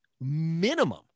Minimum